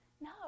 No